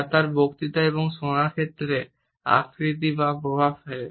যা তার বক্তৃতা এবং শোনার ক্ষেত্রে আকৃতি বা প্রভাব ফেলে